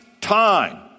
time